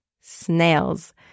snails